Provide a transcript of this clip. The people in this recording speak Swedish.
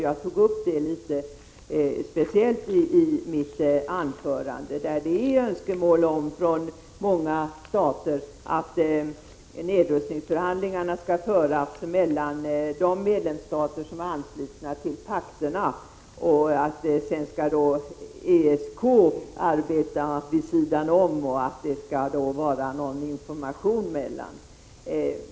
Jag tog upp den frågan speciellt i mitt anförande och framhöll att många stater har önskemål om att nedrustningsförhandlingarna skall föras mellan de stater som är anslutna till pakterna och att ESK skall arbeta vid sidan om samt att det skall ske en kommunikation däremellan.